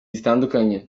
zitandukanye